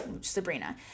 Sabrina